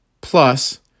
Plus